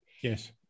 Yes